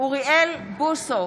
אוריאל בוסו,